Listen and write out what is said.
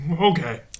Okay